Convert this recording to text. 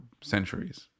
centuries